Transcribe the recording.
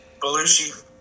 Belushi